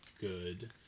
good